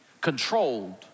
controlled